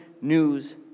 news